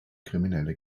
kriminelle